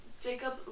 Jacob